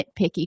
nitpicky